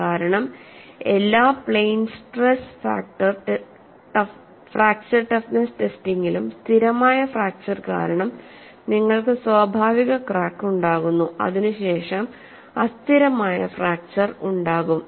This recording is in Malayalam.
കാരണം എല്ലാ പ്ലെയിൻ സ്ട്രെസ് ഫ്രാക്ചർ ടഫ്നെസ് ടെസ്റ്റിംഗിലും സ്ഥിരമായ ഫ്രാക്ച്ചർ കാരണം നിങ്ങൾക്ക് സ്വാഭാവിക ക്രാക്ക് ഉണ്ടാകുന്നു അതിനുശേഷം അസ്ഥിരമായ ഫ്രാക്ച്ചർ ഉണ്ടാകും